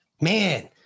Man